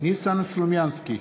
ניסן סלומינסקי,